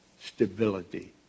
stability